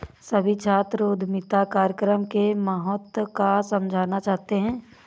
सभी छात्र उद्यमिता कार्यक्रम की महत्ता को समझना चाहते हैं